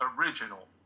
original